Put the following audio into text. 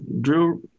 drill